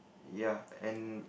ya and